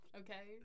okay